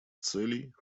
целей